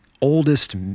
oldest